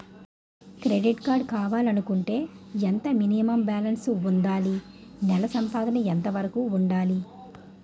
Credit card కావాలి అనుకుంటే ఎంత మినిమం బాలన్స్ వుందాలి? నెల సంపాదన ఎంతవరకు వుండాలి?